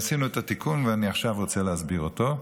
עשינו את התיקון, ואני עכשיו רוצה להסביר אותו,